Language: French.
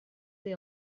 des